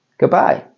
goodbye